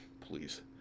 Please